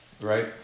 right